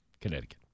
Connecticut